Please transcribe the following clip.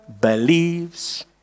believes